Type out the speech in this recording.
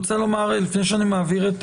לפני שאני מעביר את